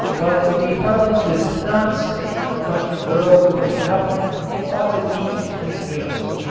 but the department does not state how much a girl doing nothing ought to eat between meals.